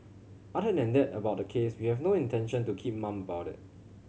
other than that about the case we have no intention to keep mum about it